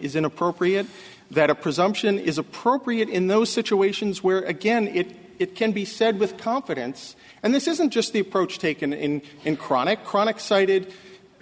is inappropriate that a presumption is appropriate in those situations where again if it can be said with confidence and this isn't just the approach taken in in chronic chronic cited